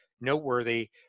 noteworthy